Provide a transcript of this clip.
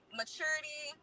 maturity